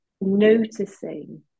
noticing